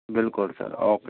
बिल्कुल sir okay